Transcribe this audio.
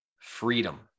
freedom